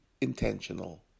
intentional